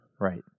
Right